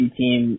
team